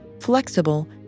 flexible